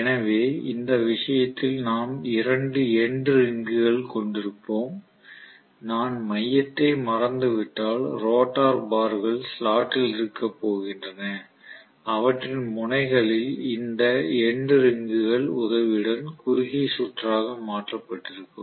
எனவே இந்த விஷயத்தில் நாம் இரண்டு எண்டு ரிங்குகள் கொண்டிருப்போம் நான் மையத்தை மறந்துவிட்டால் ரோட்டார் பார்கள் ஸ்லாட்டில் இருக்கப் போகின்றன அவற்றின் முனைகளில் இந்த எண்டு ரிங்குகள் உதவியுடன் குறுகிய சுற்றாக மாற்றப்பட்டிருக்கும்